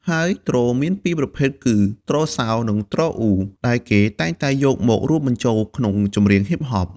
ហើយទ្រមានពីប្រភេទ គឺ ទ្រសោ និងទ្រអ៊ូ ដែលគេតែងតែយកមករួមបញ្ចូលក្នុងចម្រៀងហុីបហប។